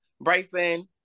Bryson